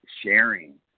sharing